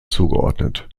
zugeordnet